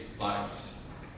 lives